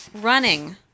Running